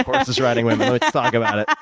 horses riding women. let's talk about it.